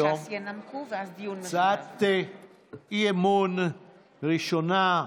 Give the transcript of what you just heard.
הצעת אי-אמון ראשונה.